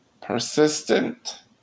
Persistent